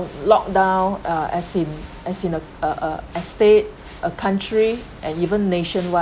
locked down uh as in as in uh uh a state a country and even nationwide